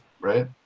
right